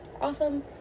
awesome